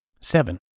Seven